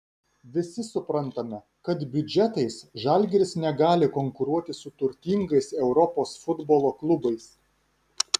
visi suprantame kad biudžetais žalgiris negali konkuruoti su turtingais europos futbolo klubais